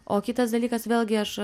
o kitas dalykas vėlgi aš